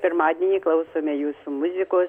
pirmadienį klausome jūsų muzikos